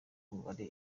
umubare